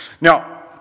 Now